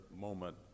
moment